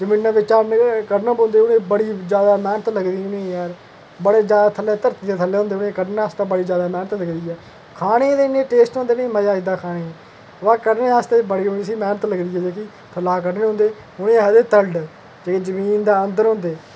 जमीनां बिच्चा कड्ढना पौंदे बड़ी ज्यादा मैह्नत लगदी उ'नेंगी बड़े ज्यादा थल्ले धरती दे थल्ले होंदे कड्ढने आस्तै बड़ी ज्यादा मैह्नत लगदी खाने ई ते इन्ने टेस्ट होंदे मजा आई जंदा खाने ई ब कड्ढने आस्तै बड़ी उस्सी मैह्नत लगदी जेह्की थल्लै ई कड्ढनै पौंदी उ'नें ई आखदे तलड़ जेह्ड़े जमीन दे अंदर होंदे